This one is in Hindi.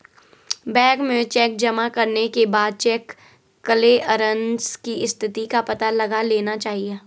बैंक में चेक जमा करने के बाद चेक क्लेअरन्स की स्थिति का पता लगा लेना चाहिए